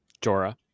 Jorah